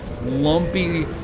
lumpy